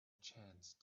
chance